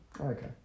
Okay